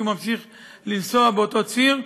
כי הוא ממשיך לנסוע באותו ציר,